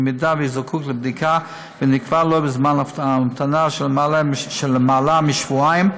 הוא זקוק לבדיקה ונקבע לו זמן המתנה של למעלה משבועיים,